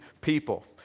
people